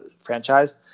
franchise